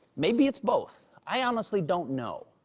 maybe it's both. i honestly don't know.